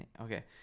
okay